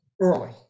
early